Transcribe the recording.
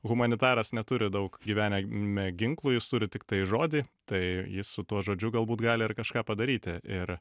humanitaras neturi daug gyvenime ginklų jis turi tiktai žodį tai jis su tuo žodžiu galbūt gali ir kažką padaryti ir